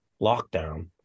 lockdown